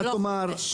זה לא חופש.